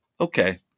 Okay